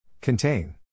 Contain